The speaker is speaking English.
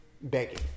begging